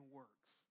works